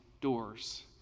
doors